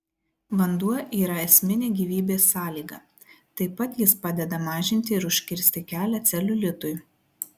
vanduo yra esminė gyvybės sąlyga taip pat jis padeda mažinti ir užkirsti kelią celiulitui